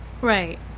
Right